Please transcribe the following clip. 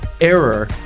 error